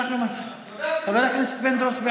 חבר הכנסת פינדרוס,